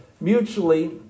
mutually